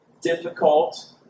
difficult